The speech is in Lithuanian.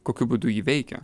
kokiu būdu jį veikia